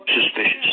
suspicious